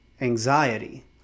anxiety